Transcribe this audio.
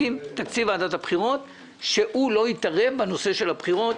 ועדת הבחירות לא צריכה להתחנן בפני הממשלה על טוהר בחירות,